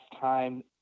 time